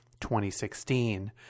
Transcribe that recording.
2016